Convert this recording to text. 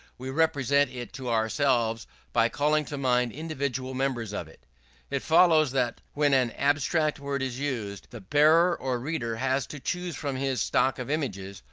we represent it to ourselves by calling to mind individual members of it it follows that when an abstract word is used, the bearer or reader has to choose from his stock of images,